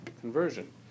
conversion